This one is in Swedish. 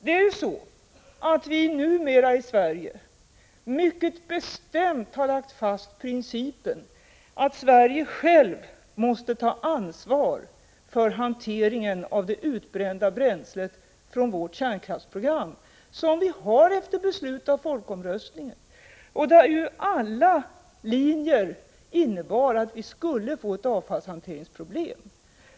Det är ju så, att vi i Sverige numera mycket bestämt har lagt fast principen att Sverige självt måste ta ansvar för hanteringen av det utbrända bränslet från vårt kärnkraftsprogram, som vi har efter beslut i samband med folkomröstningen. Alla linjer innebar ju att vi skulle få ett avfallshanteringsproblem.